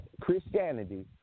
Christianity